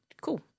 cool